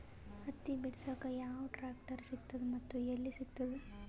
ಹತ್ತಿ ಬಿಡಸಕ್ ಯಾವ ಟ್ರಾಕ್ಟರ್ ಸಿಗತದ ಮತ್ತು ಎಲ್ಲಿ ಸಿಗತದ?